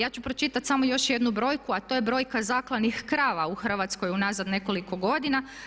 Ja ću pročitat samo još jednu brojku, a to je brojka zaklanih krava u Hrvatskoj unazad nekoliko godina.